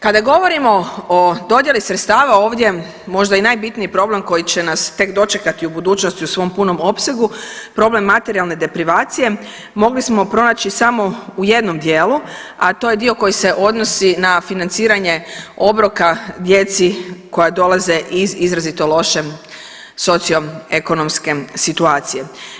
Kada govorimo o dodjeli sredstava ovdje možda i najbitniji problem koji će nas tek dočekati u budućnosti u svom punom opsegu, problem materijalne deprivacije mogli smo pronaći samo u jednom dijelu, a to je dio koji se odnosi na financiranje obroka djeci koja dolaze iz izrazito loše socio ekonomske situacije.